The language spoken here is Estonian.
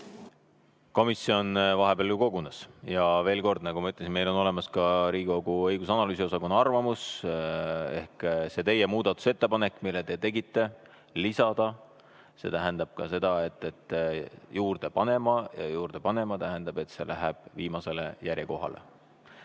Komisjon vahepeal ju kogunes. Ja veel kord, nagu ma ütlesin, meil on olemas ka Riigikogu õigus- ja analüüsiosakonna arvamus. See teie muudatusettepanek, mille te tegite – lisada –, see tähendab ka juurde panema. Ja juurde panema tähendab, et see läheb viimasele järjekohale.